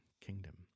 kingdom